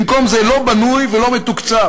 במקום זה, לא בנוי ולא מתוקצב.